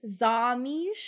Zamish